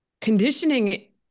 conditioning